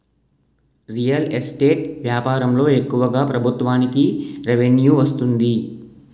real estate వ్యాపారంలో ఎక్కువగా ప్రభుత్వానికి రెవెన్యూ వస్తుంది